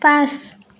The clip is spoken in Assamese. পাঁচ